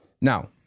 Now